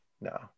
No